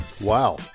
Wow